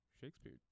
Shakespeare